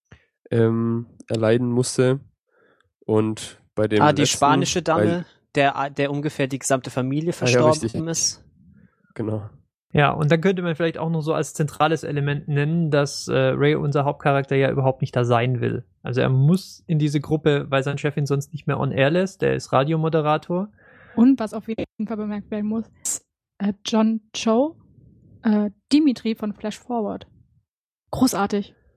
ähm, erleiden musste. Und bei dem Ah, die letzten- spanische Dame, weil- der- der ungefähr die gesamte Familie Ah ja, verstorben richtig. ist. Genau. Ja, und dann könnte man vielleicht auch noch so als zentrales Element nennen, dass, äh, Ray, unser Hauptcharakter, ja überhaupt nicht da sein will. Also er muss in diese Gruppe, weil sein Chef ihn sonst nicht mehr on air lässt. Der ist Radiomoderator. Und was auf jeden Fall bemerkt werden muss, äh, John Cho, äh, Dimitri von Flash Forward. Großartig.